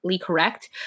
correct